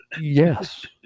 Yes